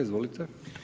Izvolite.